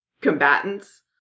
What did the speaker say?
combatants